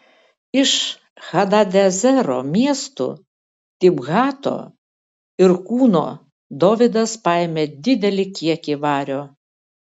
iš hadadezero miestų tibhato ir kūno dovydas paėmė didelį kiekį vario